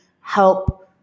help